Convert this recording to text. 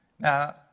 Now